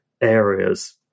areas